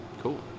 cool